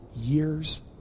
years